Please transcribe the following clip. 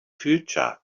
future